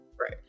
Right